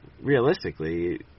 realistically